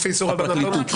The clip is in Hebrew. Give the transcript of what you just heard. הפרקליטות.